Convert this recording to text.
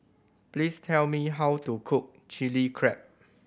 please tell me how to cook Chili Crab